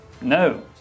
No